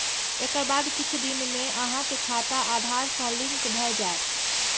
एकर बाद किछु दिन मे अहांक खाता आधार सं लिंक भए जायत